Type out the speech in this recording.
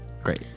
Great